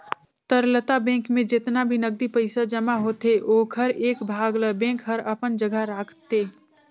तरलता बेंक में जेतना भी नगदी पइसा जमा होथे ओखर एक भाग ल बेंक हर अपन जघा राखतें